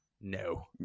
no